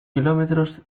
kilómetros